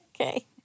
Okay